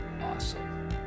awesome